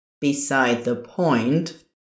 beside-the-point